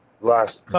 Last